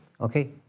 Okay